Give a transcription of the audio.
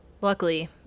luckily